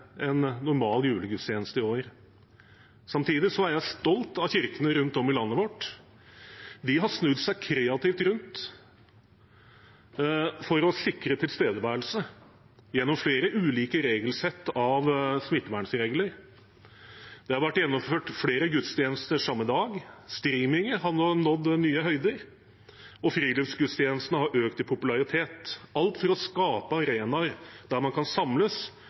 en normal julegudstjeneste i år. Samtidig er jeg stolt av kirkene rundt om i landet vårt. De har snudd seg kreativt rundt for å sikre tilstedeværelse gjennom flere ulike regelsett av smittevernregler. Det har vært gjennomført flere gudstjenester samme dag, streamingene har nådd nye høyder, og friluftsgudstjenestene har økt i popularitet – alt for å skape arenaer der man kan samles